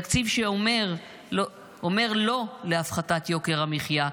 תקציב שאומר לא להפחתת יוקר המחיה,